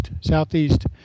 southeast